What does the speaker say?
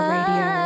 Radio